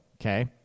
okay